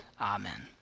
Amen